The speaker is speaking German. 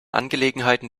angelegenheiten